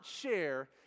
share